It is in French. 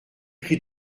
cri